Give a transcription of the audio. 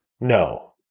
No